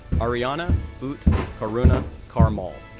arayana ute karuna carr-mal,